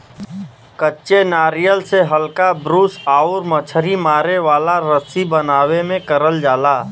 कच्चे नारियल से हल्का ब्रूस आउर मछरी मारे वाला रस्सी बनावे में करल जाला